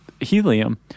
helium